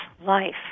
life